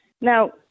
Now